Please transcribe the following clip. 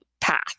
path